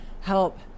Help